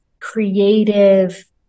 creative